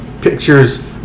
pictures